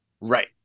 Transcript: Right